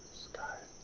sky.